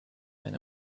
men